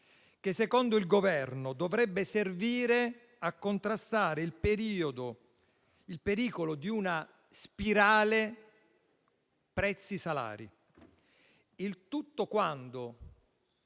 che secondo il Governo dovrebbe servire a contrastare il pericolo di una spirale prezzi-salari. Il tutto quando